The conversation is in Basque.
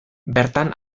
bertan